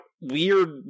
weird